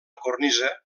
cornisa